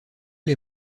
les